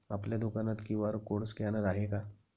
आपल्या दुकानात QR code scanner आहे का?